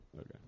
okay